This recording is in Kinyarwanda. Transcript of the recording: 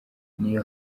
n’iyo